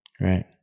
Right